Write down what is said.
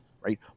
Right